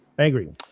angry